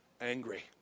angry